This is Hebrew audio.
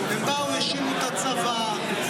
והם האשימו את הצבא,